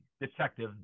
detective